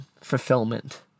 fulfillment